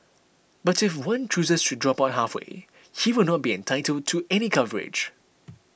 but if one chooses to drop out halfway he will not be entitled to any coverage